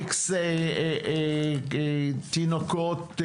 איקס תינוקות,